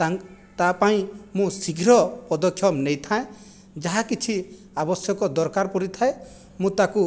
ତାଙ୍କ ତା ପାଇଁ ମୁଁ ଶୀଘ୍ର ପଦକ୍ଷେପ ନେଇଥାଏଁ ଯାହା କିଛି ଆବଶ୍ୟକ ଦରକାର ପଡ଼ିଥାଏ ମୁଁ ତାକୁ